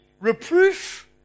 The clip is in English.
reproof